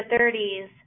30s